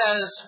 says